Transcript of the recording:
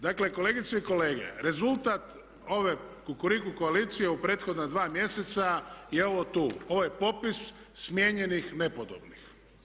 Dakle kolegice i kolege rezultat ove kukuriku koalicije u prethodna dva mjeseca je ovo tu, ovaj popis smijenjenih, nepodobnih.